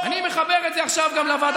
אנחנו פה,